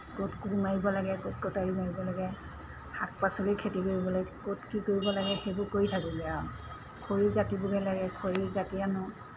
ক'ত কোৰ মাৰিব লাগে ক'ত কটাৰী মাৰিব লাগে শাক পাচলি খেতি কৰিব লাগে ক'ত কি কৰিব লাগে সেইবোৰ কৰি থাকোঁগৈ আৰু খৰি কাটিবগৈ লাগে খৰি কাটি আনো